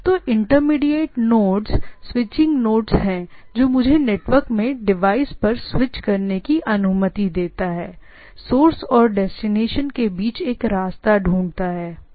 तो intermediate nodes switching nodes हैं जो मुझे चीजों पर स्विच करने की अनुमति देता है या दूसरे शब्दों में जो हम कहते हैं हम सोर्स और डेस्टिनेशन के बीच एक रास्ता ढूंढते हैं राइट